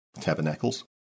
Tabernacles